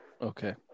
Okay